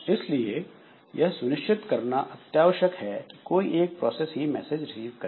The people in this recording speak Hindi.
इसलिए यह सुनिश्चित करना अत्यावश्यक है कि कोई एक प्रोसेस ही मैसेज रिसीव करें